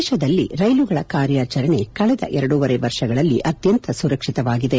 ದೇಶದಲ್ಲಿ ರೈಲುಗಳ ಕಾರ್ಯಾಚರಣೆ ಕಳೆದ ಎರಡೂವರೆ ವರ್ಷಗಳಲ್ಲಿ ಅತ್ತಂತ ಸುರಕ್ಷಿತವಾಗಿದೆ